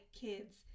kids